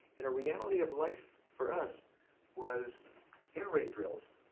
and a reality of life for us was air raid drills.